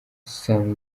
san